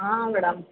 ಹಾಂ ಮೇಡಮ್